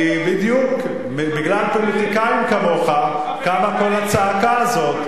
כי בדיוק בגלל פוליטיקאים כמוך קם קול הצעקה הזה.